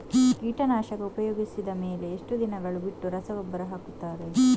ಕೀಟನಾಶಕ ಉಪಯೋಗಿಸಿದ ಮೇಲೆ ಎಷ್ಟು ದಿನಗಳು ಬಿಟ್ಟು ರಸಗೊಬ್ಬರ ಹಾಕುತ್ತಾರೆ?